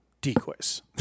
decoys